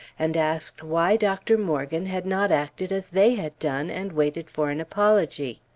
and asked why dr. morgan had not acted as they had done, and waited for an apology?